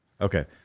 Okay